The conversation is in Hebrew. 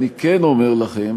למורה: